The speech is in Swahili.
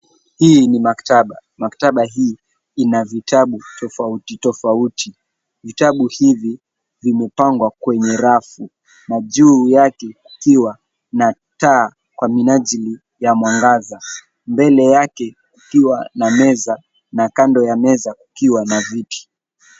Hii ni maktaba. Maktaba hii ina vitabu tofauti tofauti. Vitabu hivi vimepangwa kwenye rafu na juu yake kukiwa na taa kwa minajili ya mwangaza. Mbele yake kukiwa na meza na kando ya meza kukiwa na viti.